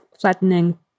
flattening